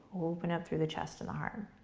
open up through the chest and the heart.